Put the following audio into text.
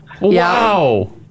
Wow